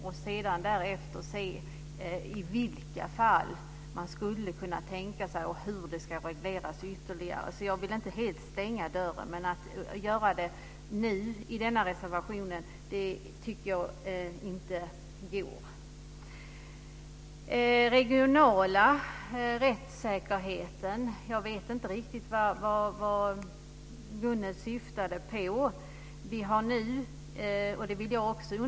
Därefter får vi se i vilka fall man skulle kunna tänka sig sådana här kameror och hur detta ytterligare ska regleras. Jag vill alltså inte helt stänga dörren men att, som det talas om i reservationen, göra det nu tycker jag inte går. Sedan har vi den regionala rättssäkerheten. Jag vet inte riktigt vad Gunnel Wallin syftade på.